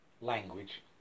language